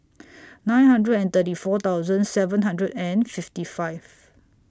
nine hundred and thirty four thousand seven hundred and fifty five